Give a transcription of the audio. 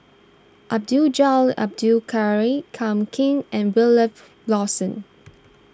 Abdul Jalil Abdul Kadir Kam King and Wilfed Lawson